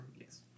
Yes